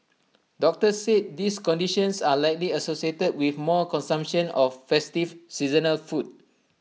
doctors said these conditions are likely associated with more consumption of festive seasonal food